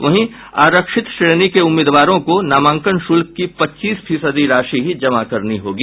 वहीं आरक्षित श्रेणी के उम्मीदवारों को नामांकन शुल्क की पचास फीसदी राशि ही जमा करनी होगी